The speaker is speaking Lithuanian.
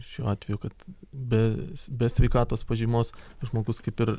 šiuo atveju kad be be sveikatos pažymos žmogus kaip ir